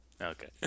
Okay